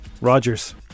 Rogers